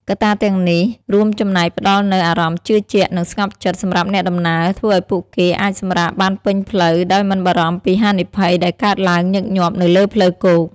កត្តាទាំងអស់នេះរួមចំណែកផ្តល់នូវ អារម្មណ៍ជឿជាក់ និងស្ងប់ចិត្ត សម្រាប់អ្នកដំណើរ ធ្វើឱ្យពួកគេអាចសម្រាកបានតាមផ្លូវដោយមិនបារម្ភពីហានិភ័យដែលកើតឡើងញឹកញាប់នៅលើផ្លូវគោក។